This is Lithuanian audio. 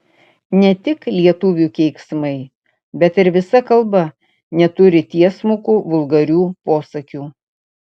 ne tik lietuvių keiksmai bet ir visa kalba neturi tiesmukų vulgarių posakių